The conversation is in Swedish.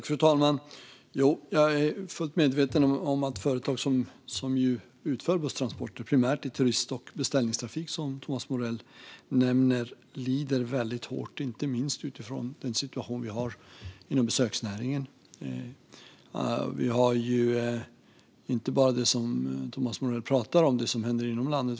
Fru talman! Jag är fullt medveten om att företag som utför busstransporter - primärt inom turist och beställningstrafik, som Thomas Morell nämner - lider väldigt hårt, inte minst på grund av den situation vi har inom besöksnäringen. Detta gäller inte bara det som händer inom landet och som Thomas Morell pratar om.